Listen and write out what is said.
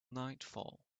nightfall